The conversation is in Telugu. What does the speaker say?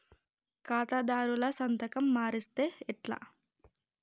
ఖాతాదారుల సంతకం మరిస్తే ఎట్లా?